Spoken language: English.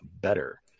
better